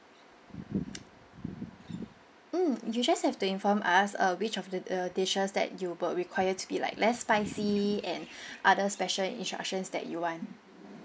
mm you just have to inform us uh which of the err dishes that you will require to be like less spicy and other special instructions that you want